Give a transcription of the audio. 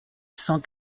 cent